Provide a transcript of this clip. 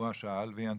הוא שאל והיא ענתה.